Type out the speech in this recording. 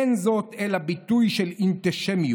אין זאת אלא ביטוי של אנטישמיות.